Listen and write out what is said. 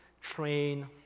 train